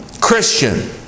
Christian